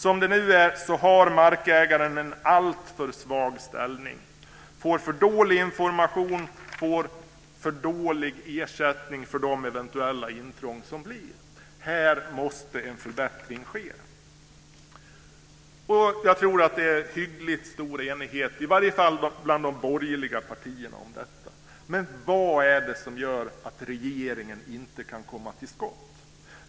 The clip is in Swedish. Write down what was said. Som det nu är har markägaren en alltför svag ställning och får för dålig information och för dålig ersättning för eventuella intrång. Här måste en förbättring ske. Jag tror att det är hyggligt stor enighet, i alla fall bland de borgerliga partierna, om detta. Vad är det som gör att regeringen inte kan komma till skott?